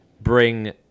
bring